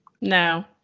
No